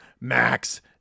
max